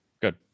good